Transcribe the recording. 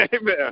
Amen